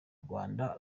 rwanda